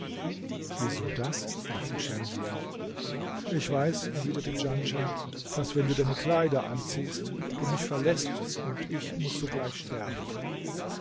wieso das fragte schemsiah ich weiß erwiderte djanschah daß wenn du deine kleider anziehst du mich verläßt und ich muß sogleich sterben